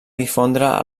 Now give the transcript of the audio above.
difondre